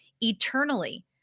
eternally